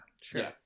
sure